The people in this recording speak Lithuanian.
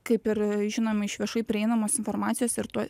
kaip ir žinome iš viešai prieinamos informacijos ir tuo